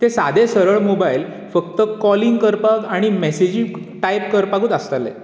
ते सादे सरळ मोबायल फक्त कॉलिंग करपाक आनी मॅसेजी टायप करपाकूच आसताले